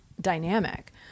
dynamic